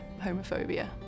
homophobia